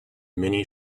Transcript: many